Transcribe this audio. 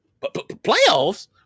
Playoffs